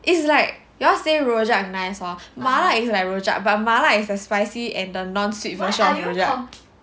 is like you all say rojak is nice hor 麻辣 it's like rojak but 麻辣 is the spicy and the non sweet version rojak